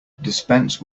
dispense